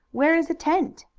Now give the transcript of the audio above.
where is a tent?